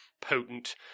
potent